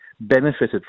benefited